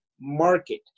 market